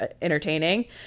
entertaining